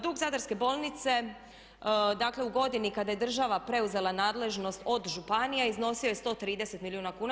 Dug Zadarske bolnice, dakle u godini kada je država preuzela nadležnost od županija iznosio je 130 milijuna kuna.